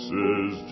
Says